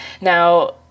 now